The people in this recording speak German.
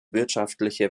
wirtschaftliche